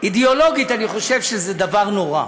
אידיאולוגית אני חושב שזה דבר נורא.